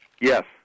Yes